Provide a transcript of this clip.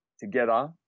together